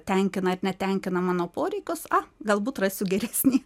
tenkina ar netenkina mano poreikius a galbūt rasiu geresnį